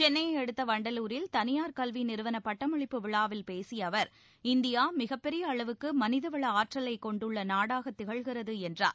சென்னையை அடுத்த வண்டலூரில் தனியார் கல்வி நிறுவன பட்டமளிப்பு விழாவில் பேசிய அவர் இந்தியா மிகப்பெரிய அளவுக்கு மனிதவள ஆற்றலைக் கொண்டுள்ள நாடாகத் திகழ்கிறது என்றார்